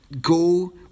go